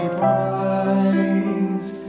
price